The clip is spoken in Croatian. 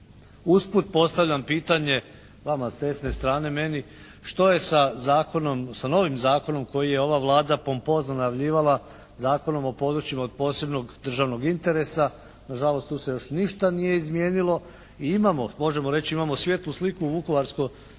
Usput postavljam pitanje vama s desne strane meni, što je sa zakonom, sa novim zakonom koji je ova Vlada pompozno najavljivala, Zakonom o područjima od posebnog državnog interesa, na žalost tu se još ništa nije izmijenilo i imamo, možemo reći imamo